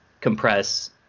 compress